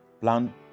Plan